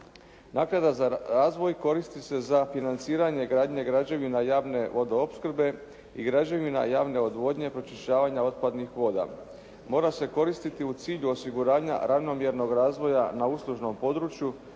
Naknada za razvoj koristi se za financiranje gradnje građevina javne vodoopskrbe i građevina javne odvodnje, pročišćavanja otpadnih voda. Mora se koristiti u cilju osiguranja ravnomjernog razvoja na uslužnom području,